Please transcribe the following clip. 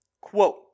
quote